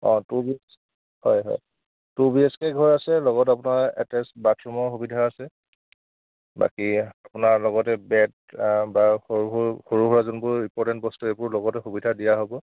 অ two B H হয় হয় two B H K ঘৰ আছে লগত আপোনাৰ এটেছ বাথৰুমৰ সুবিধা আছে বাকী আপোনাৰ লগতে বেড বা সৰু সৰু সৰু সুৰা যোনবোৰ ইমপৰ্টেণ্ট বস্তু সেইবোৰ লগতে সুবিধা দিয়া হ'ব